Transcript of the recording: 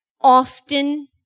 often